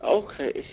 okay